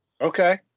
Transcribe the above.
Okay